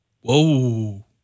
Whoa